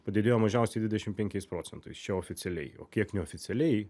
padidėjo mažiausiai dvidešim penkiais procentais čia oficialiai o kiek neoficialiai